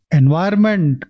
environment